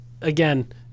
again